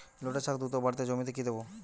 লটে শাখ দ্রুত বাড়াতে জমিতে কি দেবো?